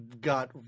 got